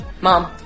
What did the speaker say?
Mom